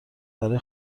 برای